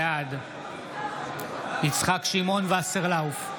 בעד יצחק שמעון וסרלאוף,